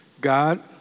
God